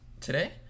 today